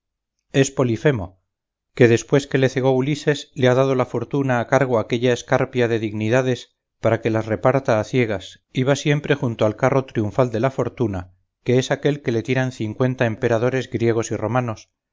es polifemo que después que le cegó ulises le ha dado la fortuna a cargo aquella escarpia de dignidades para que las reparta a ciegas y va siempre junto al carro triunfal de la fortuna que es aquel que le tiran cincuenta emperadores griegos y romanos